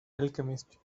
alchemist